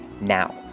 Now